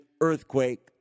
earthquake